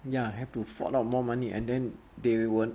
ya have to fork out more money and then they won't earn